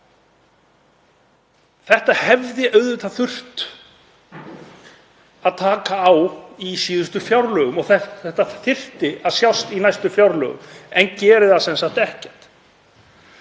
þessu hefði auðvitað þurft að taka í síðustu fjárlögum og þetta þyrfti að sjást í næstu fjárlögum en gerir það sem sagt ekkert.